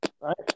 right